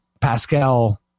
Pascal